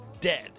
dead